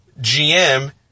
GM